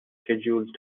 scheduled